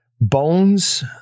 Bones